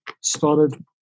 started